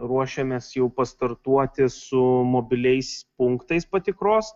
ruošiamės jau pastartuoti su mobiliais punktais patikros